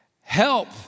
Help